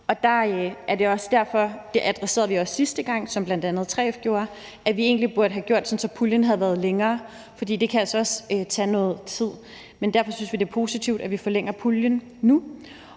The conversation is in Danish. det adresserede vi også sidste gang, ligesom bl.a. 3F, at vi egentlig burde have gjort det sådan, at puljen havde varet længere, for det kan altså også tage noget tid. Men derfor synes vi, det er positivt, at vi forlænger puljen nu,